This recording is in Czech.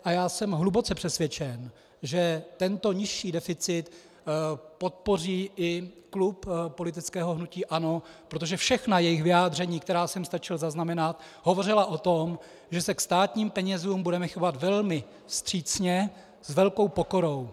A já jsem hluboce přesvědčen, že tento nižší deficit podpoří i klub politického hnutí ANO, protože všechna jejich vyjádření, která jsem stačil zaznamenat, hovořila o tom, že se ke státním penězům budeme chovat velmi vstřícně, s velkou pokorou.